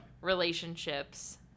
relationships